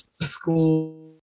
school